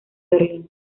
berlín